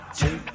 two